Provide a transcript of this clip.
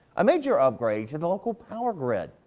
a major upgrade to the local power grid,